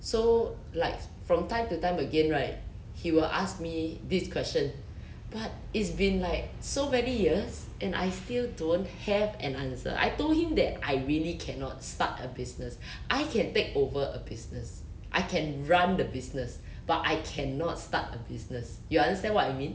so like from time to time again right he will ask me this question but it's been like so many years and I still don't have an answer I told him that I really cannot start a business I can take over a business I can run the business but I cannot start a business you understand what I mean